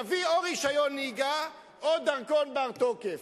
תביא או רשיון נהיגה או דרכון בר-תוקף.